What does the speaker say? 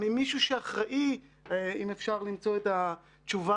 ממישהו שאחראי אם אפשר למצוא את התשובה